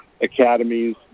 academies